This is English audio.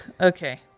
okay